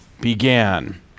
began